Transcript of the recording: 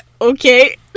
Okay